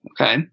okay